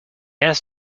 asked